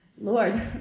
Lord